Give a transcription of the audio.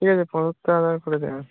ঠিক আছে পঁচাত্তর হাজার করে দেবেন